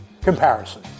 comparison